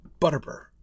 Butterbur